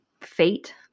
fate